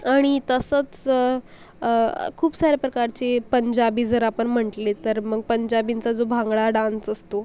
आणि तसंच खूप साऱ्या प्रकारची पंजाबी जर आपण म्हंटले तर मग पंजाबींचा जो भांगडा डान्स असतो